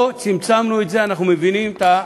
פה צמצמנו את זה: אנחנו מבינים את,